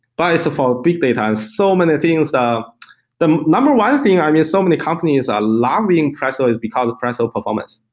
but it's default big data and so many things. the the number one thing i mean, so many companies are loving presto is because of presto performance.